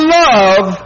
love